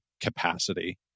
capacity